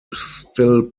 still